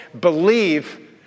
believe